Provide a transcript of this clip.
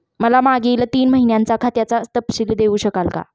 मला मागील तीन महिन्यांचा खात्याचा तपशील देऊ शकाल का?